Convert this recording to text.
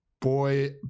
boy